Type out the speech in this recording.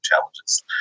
challenges